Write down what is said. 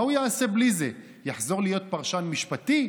מה הוא יעשה בלי זה, יחזור להיות פרשן משפטי?